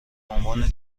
عنوان